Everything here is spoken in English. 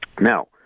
Now